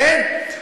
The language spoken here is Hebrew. כן?